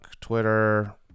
Twitter